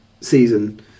season